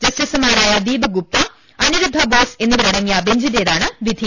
ജസ്റ്റിസുമാരായ ദീപക് ഗുപ്ത അനിരുദ്ധ ബോസ് എന്നിവരടങ്ങിയ ബെഞ്ചിന്റെതാണ് വിധി